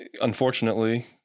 unfortunately